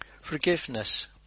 Forgiveness